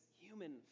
human